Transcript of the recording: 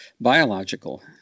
biological